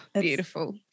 beautiful